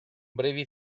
brevi